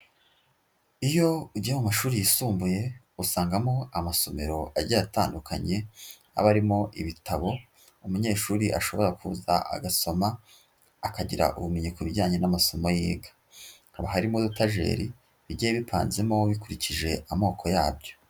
Iyo ujyiye mu mashuri yisumbuye usangamo amasomero agiye atandukanye abarimo ibitabo umunyeshuri ashobora kuza agasoma akagira ubumenyi ku bijyanye n'amasomo yiga habaharimo udutajeri bigiye bipanzemo bikurikije amoko yabyo.